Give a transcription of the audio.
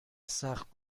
سخت